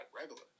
regular